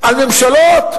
על ממשלות,